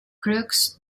crooks